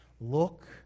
look